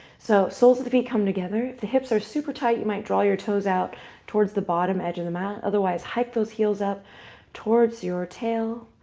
so soles of the feet come together. the hips are super tight. you might draw your toes out toward the bottom edge of the mat. otherwise, hike those heels up towards your tail,